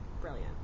brilliant